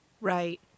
Right